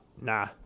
Nah